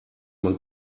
man